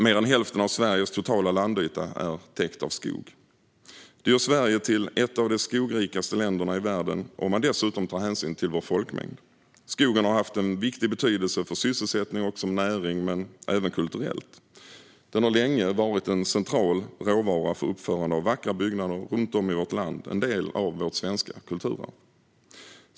Mer än hälften av Sveriges totala landyta är täckt av skog. Det gör Sverige till ett av de skogrikaste länderna i världen om man dessutom tar hänsyn till vår folkmängd. Skogen har haft en viktig betydelse för sysselsättning och som näring men även kulturellt. Den har länge varit en central råvara för uppförande av vackra byggnader runt om i vårt land - en del av vårt svenska kulturarv.